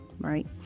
right